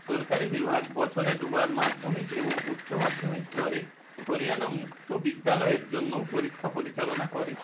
সরকারি বিভাগ বছরে দুবার মাধ্যমিক এবং উচ্চ মাধ্যমিক স্তরে হরিয়ানা মুক্ত বিদ্যালয়ের জন্যও পরীক্ষা পরিচালনা করে